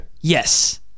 Yes